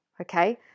okay